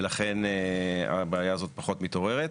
ולכן הבעיה הזאת פחות מתעוררת.